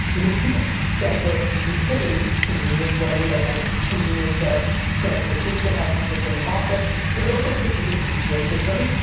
because people pick them for utility. what i mean by that is, convenience of transportation, how quickly from the office, but they also pick because of the school systems,